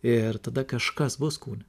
ir tada kažkas bus kūne